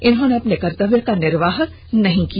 इन्होंने अपने कर्तव्य का निर्वाह नहीं किया